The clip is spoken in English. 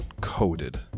coated